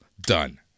done